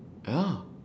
ya